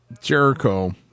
Jericho